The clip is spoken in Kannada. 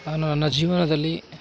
ನಾನು ನನ್ನ ಜೀವನದಲ್ಲಿ